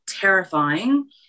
terrifying